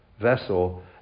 vessel